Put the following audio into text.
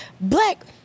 black